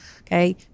okay